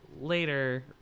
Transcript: later